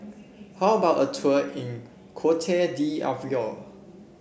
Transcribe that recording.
how about a tour in Cote d'Ivoire